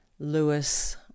Lewis